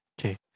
Okay